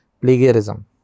plagiarism